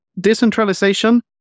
decentralization